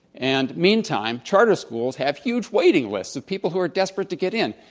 and mean time charter schools have huge waiting lists of people who are desperate to get in.